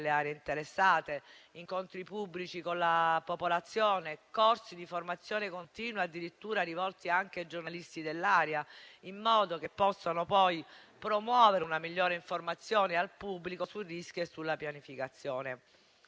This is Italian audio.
delle aree interessate, incontri pubblici con la popolazione, corsi di formazione continua addirittura rivolti anche ai giornalisti dell'area, in modo che possano poi promuovere una migliore informazione al pubblico sul rischio e sulla pianificazione.